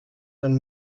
dann